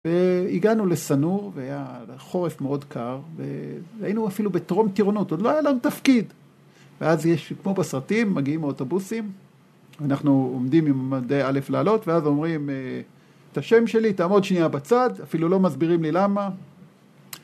והגענו לסנור והיה חורף מאוד קר, והיינו אפילו בטרום טירונות, עוד לא היה לנו תפקיד, ואז כמו בסרטים, מגיעים האוטובוסים, אנחנו עומדים עם מדי א' לעלות, ואז אומרים את השם שלי, תעמוד שנייה בצד, אפילו לא מסבירים לי למה